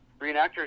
reenactors